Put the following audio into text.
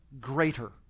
greater